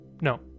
No